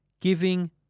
giving